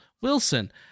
Wilson